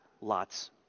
lots